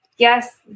yes